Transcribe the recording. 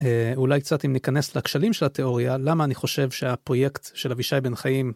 אולי קצת אם ניכנס לקשלים של התיאוריה למה אני חושב שהפרויקט של אבישי בן חיים.